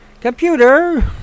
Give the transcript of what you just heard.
computer